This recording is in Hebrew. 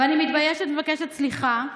אני מתביישת ומבקשת סליחה,